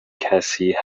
کسی